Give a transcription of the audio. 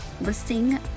listing